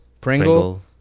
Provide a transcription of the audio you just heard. Pringle